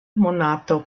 monato